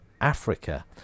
africa